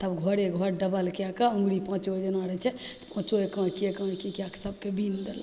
तब घरे घर डबल कै के अङ्गुरी पाँचो जेना रहै छै पाँचो एकाँएकी एकाँएकी कै के सबके बिनि देलहुँ